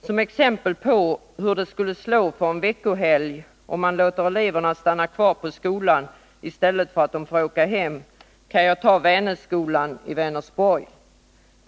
Som exempel på hur det skulle slå under en veckohelg, om man låter eleverna stanna kvar på skolan istället för att de får åka hem, kan jag nämna Vänerskolan i Vänersborg.